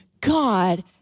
God